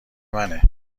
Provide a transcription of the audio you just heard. منه